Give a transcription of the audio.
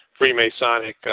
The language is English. Freemasonic